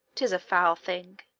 tis a foul thing.